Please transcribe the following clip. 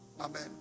Amen